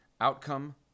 outcome